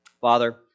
Father